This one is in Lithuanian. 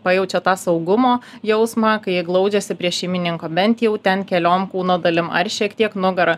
pajaučia tą saugumo jausmą kai ji glaudžiasi prie šeimininko bent jau ten keliom kūno dalim ar šiek tiek nugara